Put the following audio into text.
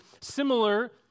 similar